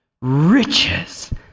riches